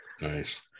Nice